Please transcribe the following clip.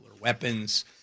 weapons